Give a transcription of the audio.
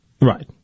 Right